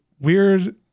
weird